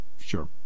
Sure